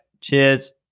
Cheers